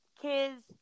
kids